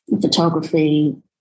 photography